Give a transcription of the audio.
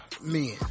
Men